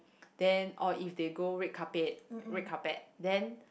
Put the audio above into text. then or if they go red carpet red carpet then